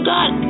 God